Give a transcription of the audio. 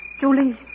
Julie